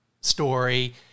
story